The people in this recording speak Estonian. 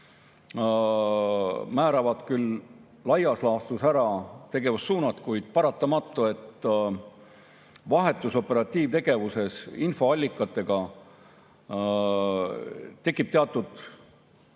määravad küll laias laastus ära tegevussuunad, kuid on paratamatu, et vahetus operatiivtegevuses infoallikatega tekib teatud